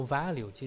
value